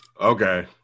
okay